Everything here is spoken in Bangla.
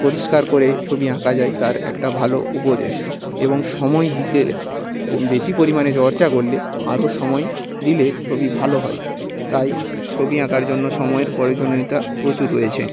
পরিষ্কার করে ছবি আঁকা যায় তার একটা ভালো উপদেশ এবং সময় দিতে বেশি পরিমাণে চর্চা করলে আরও সময় দিলে ছবি ভালো হয় তাই ছবি আঁকার জন্য সময়ের প্রয়োজনীয়তা প্রচুর রয়েছে